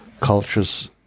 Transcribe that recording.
cultures